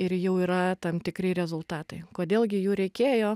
ir jau yra tam tikri rezultatai kodėl gi jų reikėjo